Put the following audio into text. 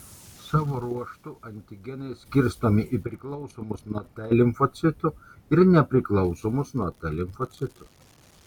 savo ruožtu antigenai skirstomi į priklausomus nuo t limfocitų ir nepriklausomus nuo t limfocitų